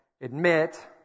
Admit